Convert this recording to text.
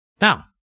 Now